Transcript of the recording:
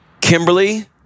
Kimberly